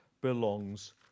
belongs